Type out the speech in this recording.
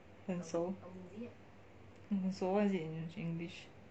很熟很熟 what is it in english